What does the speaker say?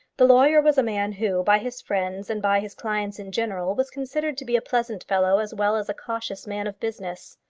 the lawyer was a man who, by his friends and by his clients in general, was considered to be a pleasant fellow as well as a cautious man of business.